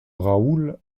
raoul